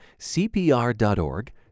cpr.org